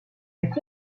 fut